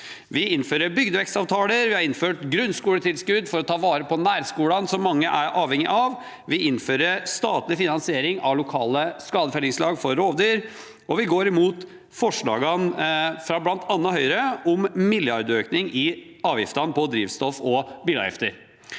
Vi innfører bygdevekstavtaler, vi har innført grunnskoletilskudd for å ta vare på nærskolene, som mange er avhengige av, vi innfører statlig finansiering av lokale skadefellingslag for rovdyr, og vi går imot forslagene fra bl.a. Høyre om milliardøkning i avgiftene på drivstoff og bilavgifter.